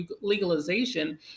legalization